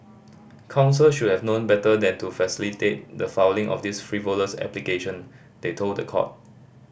counsel should have known better than to facilitate the filing of this frivolous application they told the court